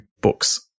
books